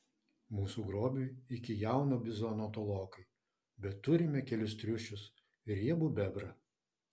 mūsų grobiui iki jauno bizono tolokai bet turime kelis triušius ir riebų bebrą